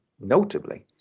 notably